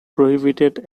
prohibited